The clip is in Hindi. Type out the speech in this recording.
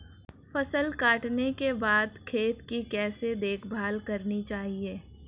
फसल काटने के बाद खेत की कैसे देखभाल करनी चाहिए?